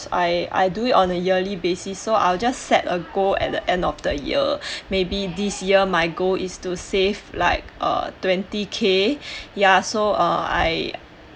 I I do it on a yearly basis so I'll just set a goal at the end of the year maybe this year my goal is to save like twenty K ya so uh I